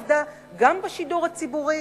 עבדתי גם בשידור הציבורי